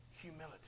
humility